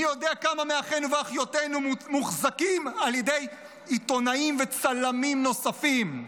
מי יודע כמה מאחינו ואחיותינו מוחזקים על ידי עיתונאים וצלמים נוספים.